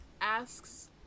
asks